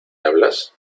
hablas